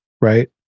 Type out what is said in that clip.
right